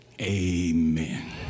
Amen